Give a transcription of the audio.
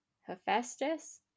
hephaestus